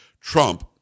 trump